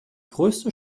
größte